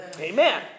Amen